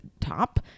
top